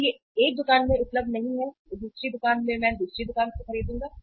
यदि यह एक दुकान में उपलब्ध नहीं है तो दूसरी दुकान में मैं दूसरी दुकान पर खरीदूंगा